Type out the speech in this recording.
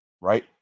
right